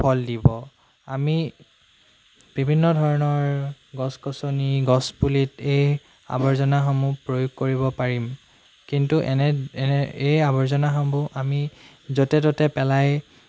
ফল দিব আমি বিভিন্ন ধৰণৰ গছ গছনি গছপুলিত এই আৱৰ্জনাসমূহ প্ৰয়োগ কৰিব পাৰিম কিন্তু এনে এনে এই আৱৰ্জনাসমূহ আমি য'তে ত'তে পেলাই